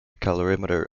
calorimeter